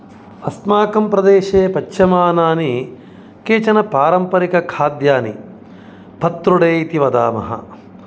अस्माकं प्रदेशे पच्यमानानि केचन पारम्परिकखाद्यानि पत्रोडे इति वदामः